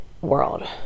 world